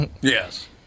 Yes